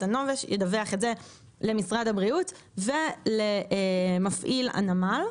הנופש ידווח את זה למשרד הבריאות ולמפעיל הנמל.